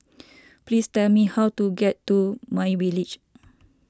please tell me how to get to My Village